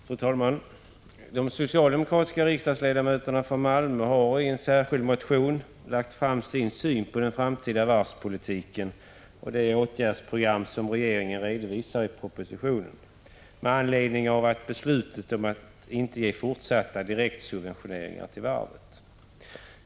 Fru talman! De socialdemokratiska riksdagsledamöterna från Malmö har i en särskild motion framlagt sin syn på den framtida varvspolitiken och det åtgärdsprogram som regeringen redovisar i propositionen med anledning av beslutet att inte ge fortsatta direktsubventioner till Kockums varv.